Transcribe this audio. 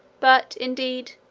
but, indeed,